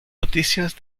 noticias